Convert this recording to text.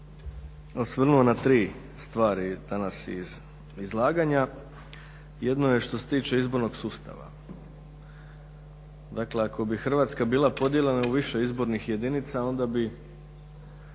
osvrnuo na tri stvari danas iz izlaganja. Jedno je što se tiče izbornog sustava. Dakle, ako bi Hrvatska bila podijeljena u više izbornih jedinica onda bi